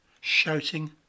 Shouting